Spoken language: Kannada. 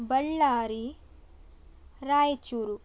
ಬಳ್ಳಾರಿ ರಾಯಚೂರು